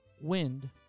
wind